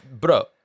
Bro